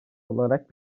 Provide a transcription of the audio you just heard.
olarak